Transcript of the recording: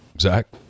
Zach